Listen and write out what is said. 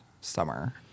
summer